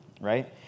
right